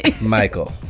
Michael